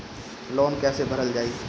Loan कैसे भरल जाइ?